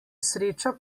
sreča